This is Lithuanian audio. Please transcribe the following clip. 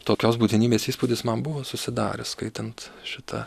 tokios būtinybės įspūdis man buvo susidaręs skaitant šitą